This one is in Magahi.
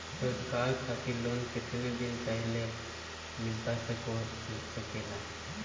रोजगार खातिर लोन कितने दिन पहले मिलता सके ला?